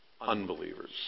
unbelievers